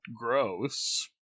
Gross